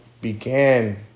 began